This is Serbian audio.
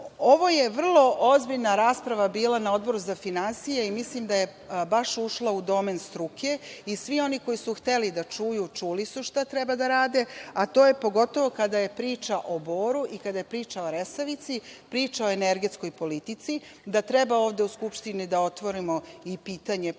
Ovo je vrlo ozbiljna rasprava bila na Odboru za finansije i mislim da je baš ušla u domen struke i svi oni koji su hteli da čuju čuli su šta treba da rade, a to je pogotovo kada je priča o Boru i kada je priča o Resavici, priča o energetskoj politici da treba ovde u Skupštini da otvorimo i pitanje finansiranja